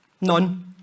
None